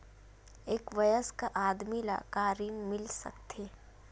एक वयस्क आदमी ला का ऋण मिल सकथे?